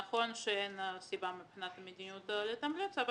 נכון שאין סיבה מבחינת המדיניות לתמרץ אבל